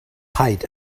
height